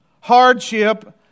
hardship